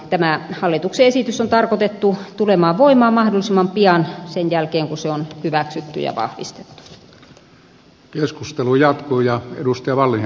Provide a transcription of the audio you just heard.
tämä hallituksen esitys on tarkoitettu tulemaan voimaan mahdollisimman pian sen jälkeen kun se on hyväksytty ja vahvistettu